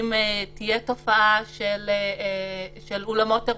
אם תהיה תופעה של אולמות אירועים,